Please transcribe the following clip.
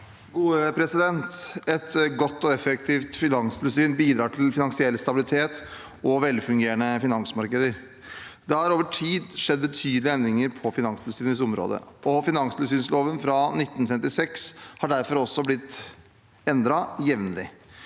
Et godt og effektivt finanstilsyn bidrar til finansiell stabilitet og velfungerende finansmarkeder. Det har over tid skjedd betydelige endringer på Finanstilsynets område, og finanstilsynsloven fra 1956 har derfor også blitt endret jevnlig.